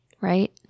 right